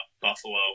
Buffalo